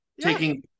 taking